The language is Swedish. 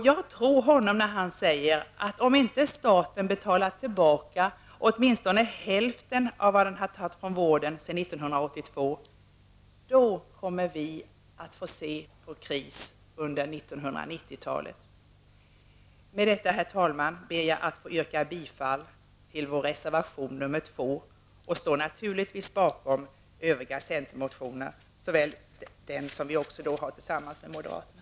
Jag tror honom när han säger att om inte staten betalar tillbaka åtminstone hälften av vad den tagit från vården sedan 1982, då kommer vi att få se på kris under 90-talet. Med detta, herr talman, ber jag att få yrka bifall till reservation nr 2. Jag står naturligtvis bakom de övriga centerreservationerna, även dem som vi har tillsammans med moderaterna.